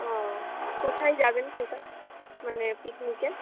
ও কোথায় যাবেন সেটা মানে পিকনিকে